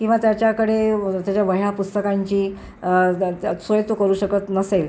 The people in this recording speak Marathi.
किंवा त्याच्याकडे त्याच्या वह्या पुस्तकांची सोय तो करू शकत नसेल